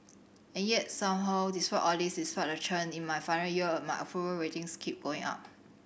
and yet somehow despite all this despite the churn in my final year my approval ratings keep going up